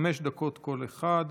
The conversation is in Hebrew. חמש דקות כל אחד.